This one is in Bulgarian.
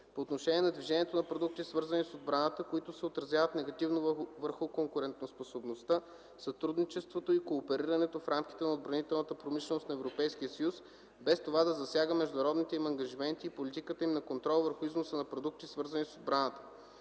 по отношение на движението на продукти, свързани с отбраната, които се отразяват негативно върху конкурентоспособността, сътрудничеството и кооперирането в рамките на отбранителната промишленост на Европейския съюз, без това да засяга международните им ангажименти, политиката им на контрол върху износа на продукти, свързани с отбраната.